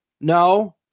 No